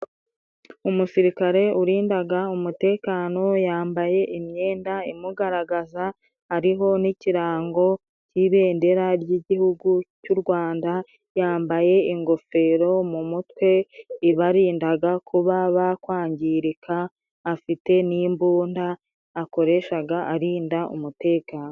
Umusirikare urindaga umutekano, yambaye imyenda imugaragaza ariho n'ikirango cy'ibendera ry'igihugu cy'u Rwanda, yambaye ingofero mu mutwe ibarindaga kuba bakwangirika, afite n'imbunda akoreshaga arinda umutekano.